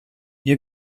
ihr